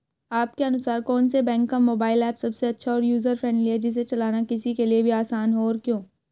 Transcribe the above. आपके अनुसार कौन से बैंक का मोबाइल ऐप सबसे अच्छा और यूजर फ्रेंडली है जिसे चलाना किसी के लिए भी आसान हो और क्यों?